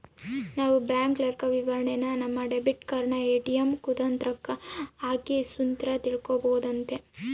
ನಾವು ಬ್ಯಾಂಕ್ ಲೆಕ್ಕವಿವರಣೆನ ನಮ್ಮ ಡೆಬಿಟ್ ಕಾರ್ಡನ ಏ.ಟಿ.ಎಮ್ ಯಂತ್ರುಕ್ಕ ಹಾಕಿ ಸುತ ತಿಳ್ಕಂಬೋದಾಗೆತೆ